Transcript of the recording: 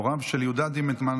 הוריו של יהודה דימנטמן,